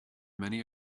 many